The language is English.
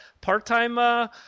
part-time